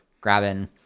grabbing